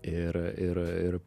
ir ir ir